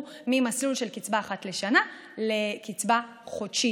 ממסלול של קצבה אחת לשנה לקצבה חודשית,